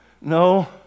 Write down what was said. No